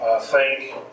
thank